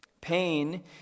pain